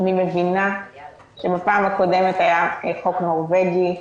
אני מבינה שבפעם הקודמת היה חוק נורווגי,